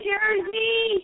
Jersey